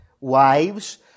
wives